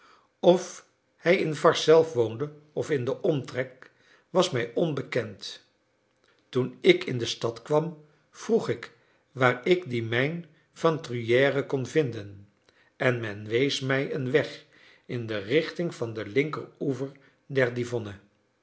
of hij in varses zelf woonde of in den omtrek was mij onbekend toen ik in de stad kwam vroeg ik waar ik de mijn van truyère kon vinden en men wees mij een weg in de richting van den linkeroever der